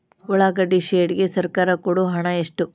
ಉಳ್ಳಾಗಡ್ಡಿ ಶೆಡ್ ಗೆ ಸರ್ಕಾರ ಕೊಡು ಹಣ ಎಷ್ಟು?